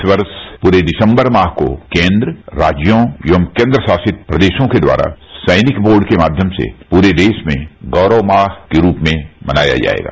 इस वर्ष पूरे दिसम्बुर माह को केन्द्र राज्यों एवं केन्द्रशासित प्रदेशों के द्वारा सैनिक बोर्ड के माध्यम से पूरे देश में गौरव माह के रूप में मनाया जाएगा